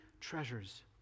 treasures